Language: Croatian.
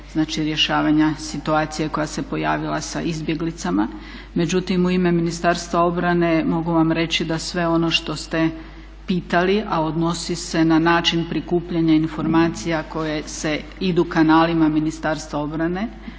rješavanja situacije koja se pojavila sa izbjeglicama, međutim u ime Ministarstva obrane mogu vam reći da sve ono što ste pitali, a odnosi se na način prikupljanja informacija koje idu kanalima Ministarstva obrane,